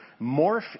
morph